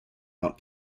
mount